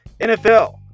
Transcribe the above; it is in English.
NFL